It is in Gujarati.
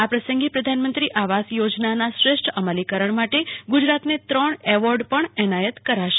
આ પ્રસંગે પ્રધાનમંત્રી આવાસ યોજનાના શ્રેષ્ઠ અમલીકરણ માટે ગુજરાતને ત્રણ એવોર્ડ પણ એનાયત કરાશે